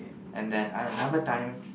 and then I another time